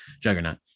juggernaut